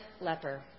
leper